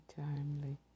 timely